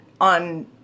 on